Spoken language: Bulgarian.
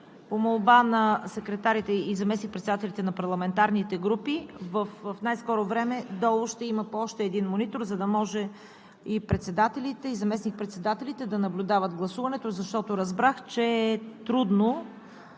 По молба на секретарите и заместник-председателите на парламентарните групи в най-скоро време долу ще има по още един монитор, за да може и председателите и заместник-председателите да наблюдават гласуването, защото разбрах, че е трудно